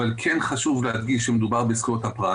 אבל כן חשוב להדגיש שמדובר בזכויות הפרט.